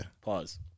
Pause